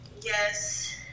Yes